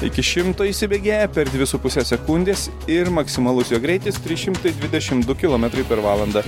iki šimto įsibėgėja per dvi su puse sekundės ir maksimalus jo greitis trys šimtai dvidešim du kilometrai per valandą